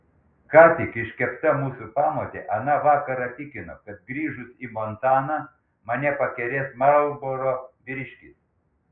ką tik iškepta mūsų pamotė aną vakarą tikino kad grįžus į montaną mane pakerės marlboro vyriškis